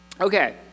Okay